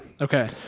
Okay